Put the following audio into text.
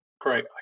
great